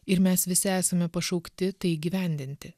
ir mes visi esame pašaukti tai įgyvendinti